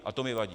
A to mi vadí!